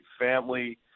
family